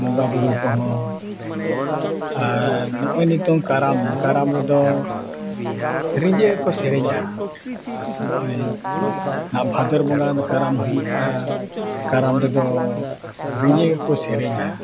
ᱵᱚᱸᱜᱟ ᱵᱳᱨᱳ ᱠᱚᱦᱚᱸ ᱟᱨ ᱱᱚᱜᱼᱚᱸᱭ ᱱᱤᱛᱚᱝ ᱠᱟᱨᱟᱢ ᱠᱟᱨᱟᱢ ᱨᱮᱫᱚ ᱨᱤᱡᱷᱟᱹ ᱜᱮᱠᱚ ᱥᱮᱨᱮᱧᱟ ᱱᱚᱜᱼᱚᱸᱭ ᱵᱷᱟᱫᱚᱨ ᱵᱚᱸᱜᱟ ᱠᱟᱨᱟᱢ ᱦᱩᱭᱩᱜᱼᱟ ᱠᱟᱨᱟᱢ ᱨᱮᱫᱚ ᱨᱤᱡᱷᱟᱹ ᱜᱮᱠᱚ ᱥᱮᱨᱮᱧᱟ